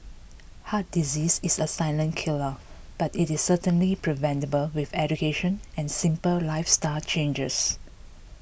heart disease is a silent killer but it is certainly preventable with education and simple lifestyle changes